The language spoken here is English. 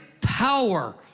power